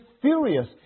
furious